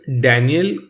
Daniel